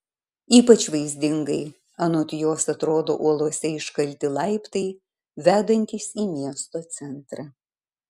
ypač vaizdingai anot jos atrodo uolose iškalti laiptai vedantys į miesto centrą